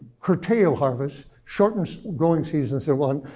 curtail harvest, shorten growing seasons so one,